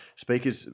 speakers